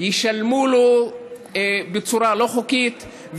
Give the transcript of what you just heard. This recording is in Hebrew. ישלמו לו בצורה לא חוקית,